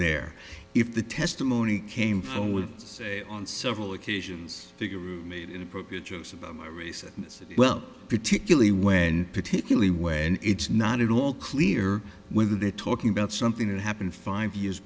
there if the testimony came from would say on several occasions figure roommate inappropriate use of a recent well particularly when particularly when it's not at all clear whether they're talking about something that happened five years